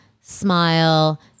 smile